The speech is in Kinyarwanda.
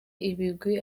ibigwi